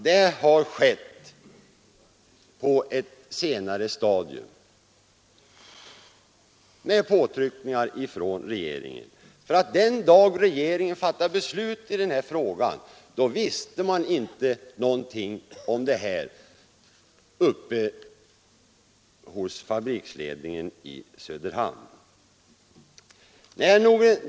Det har skett på ett senare stadium — med påtryckningar från regeringen. Den dag regeringen fattade beslut i den här frågan visste man inte någonting om detta hos fabriksledningen i Söderhamn.